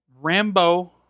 Rambo